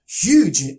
huge